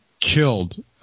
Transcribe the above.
Killed